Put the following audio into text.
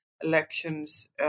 elections